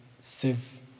save